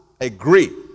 Agree